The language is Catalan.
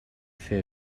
fer